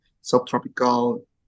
subtropical